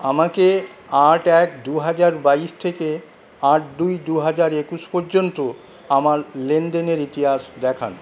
আমাকে আট এক দু হাজার বাইশ থেকে আট দুই দু হাজার একুশ পর্যন্ত আমার লেনদেনের ইতিহাস দেখান